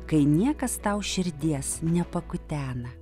kai niekas tau širdies nepakutena